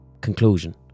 conclusion